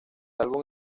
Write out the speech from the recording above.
álbum